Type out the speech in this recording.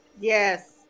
Yes